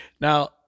Now